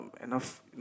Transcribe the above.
enough